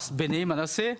לבני מנשה,